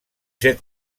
set